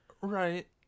Right